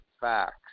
facts